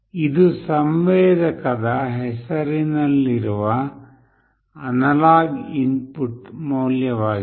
ಇದು ಸಂವೇದಕದ ಹೆಸರಿನಲ್ಲಿರುವ ಅನಲಾಗ್ ಇನ್ಪುಟ್ ಮೌಲ್ಯವಾಗಿದೆ